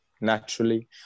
naturally